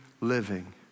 living